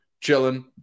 chilling